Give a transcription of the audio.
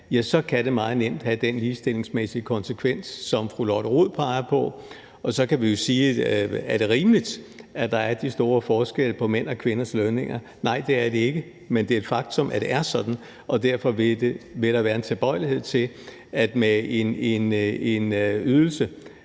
så kan det meget nemt have den ligestillingsmæssige konsekvens, som fru Lotte Rod peger på. Og så kan vi jo spørge, om det er rimeligt, at der er de store forskelle på mænds og kvinders lønninger. Nej, det er det ikke, men det er et faktum, at det er sådan, og derfor vil der være en tilbøjelighed til, at med en ydelse,